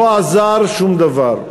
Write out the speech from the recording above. לא עזר שום דבר.